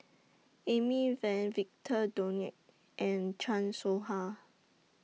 Amy Van Victor Doggett and Chan Soh Ha